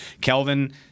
Kelvin